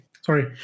sorry